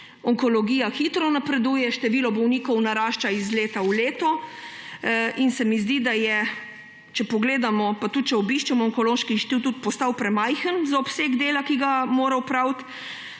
onkologija hitro napreduje, število bolnikov narašča iz leta v leto in se mi zdi, da je, če pogledamo pa tudi če obiščemo Onkološki inštitut, postal premajhen za obseg dela, ki ga mora opraviti.